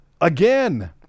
Again